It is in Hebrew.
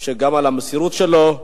גם על המסירות שלו,